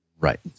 Right